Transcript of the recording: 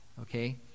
okay